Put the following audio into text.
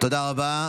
תודה רבה.